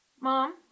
Mom